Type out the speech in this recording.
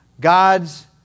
God's